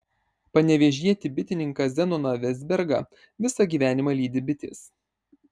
panevėžietį bitininką zenoną vezbergą visą gyvenimą lydi bitės